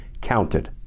counted